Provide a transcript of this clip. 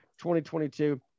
2022